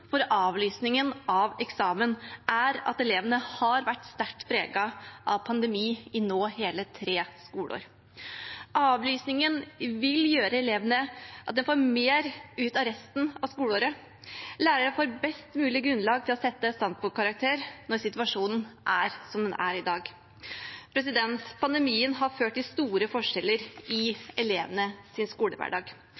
avlysningen av eksamen er at elevene har vært sterkt preget av pandemi i hele tre skoleår. Avlysningen vil gjøre at elevene får mer ut av resten av skoleåret, og at læreren får best mulig grunnlag for å sette standpunktkarakter når situasjonen er som den er i dag. Pandemien har ført til store forskjeller i